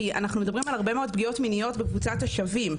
כי אנחנו מדברים על הרבה מאוד פגיעות מיניות בקבוצות השווים,